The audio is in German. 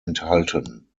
enthalten